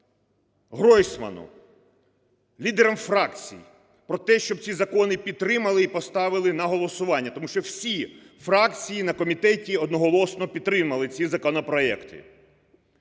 Гройсману, лідерам фракцій про те, щоб ці закони підтримали і поставили на голосування, тому що всі фракції на комітеті одноголосно підтримали ці законопроекти.